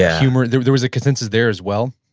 ah humor. there there was a consensus there as well?